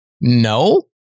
no